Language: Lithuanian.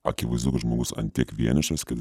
akivaizdu kad žmogus ant tiek vienišas kad jisai